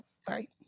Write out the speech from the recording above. sorry